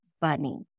bunny